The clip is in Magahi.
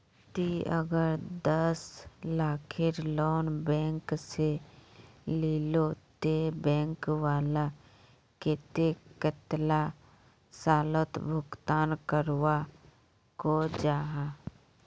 ती अगर दस लाखेर लोन बैंक से लिलो ते बैंक वाला कतेक कतेला सालोत भुगतान करवा को जाहा?